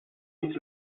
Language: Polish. nic